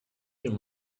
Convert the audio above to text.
your